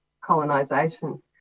colonisation